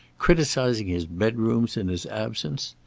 criticising his bedrooms in his absence.